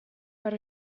per